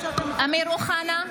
אמיר אוחנה,